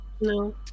No